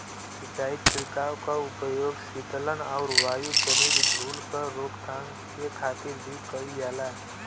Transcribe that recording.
सिंचाई छिड़काव क उपयोग सीतलन आउर वायुजनित धूल क रोकथाम के खातिर भी कइल जाला